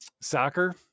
Soccer